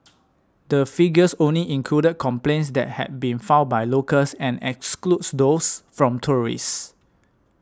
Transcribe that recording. the figures only included complaints that had been filed by locals and excludes those from tourists